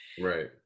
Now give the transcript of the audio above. right